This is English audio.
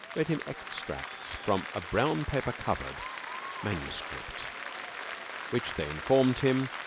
read him extracts from a brown-paper-covered manuscript which, they informed him,